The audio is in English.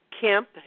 Kemp